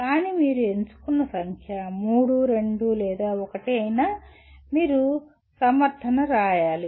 కానీ మీరు ఎంచుకున్న సంఖ్య 3 2 లేదా 1 అయినా మీరు సమర్థన రాయాలి